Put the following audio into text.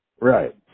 Right